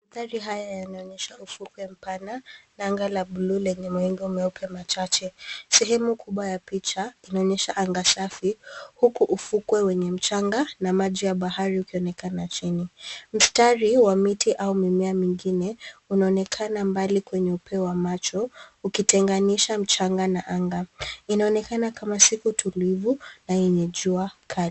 Mandhari haya yanaonyesha ufukwe mpana na anga la bluu lenye mawingu meupe machache. Sehemu kubwa ya picha inaonyesha anga safi huku ufukwe wenye mchanga na maji ya bahari ukionekana chini. Mstari wa miti au mimea mingine unaonekana mbali kwenye upeo wa macho ukitenganisha mchanga na anga. Inaonekana kama siku tulivu na yenye jua kali.